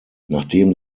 nachdem